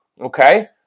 Okay